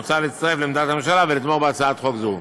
מוצע להצטרף לעמדת הממשלה ולתמוך בהצעת חוק זו.